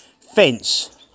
fence